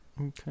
Okay